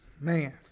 Man